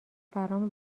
برام